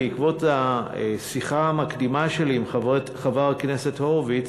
בעקבות השיחה המקדימה שלי עם חבר הכנסת הורוביץ,